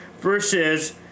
versus